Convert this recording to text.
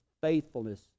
faithfulness